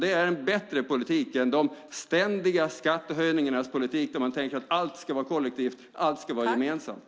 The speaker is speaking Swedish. Det är en bättre politik än de ständiga skattehöjningarnas politik där man tycker att allt ska vara kollektivt, att allt ska vara gemensamt.